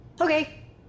Okay